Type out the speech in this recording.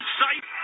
sight